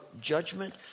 judgment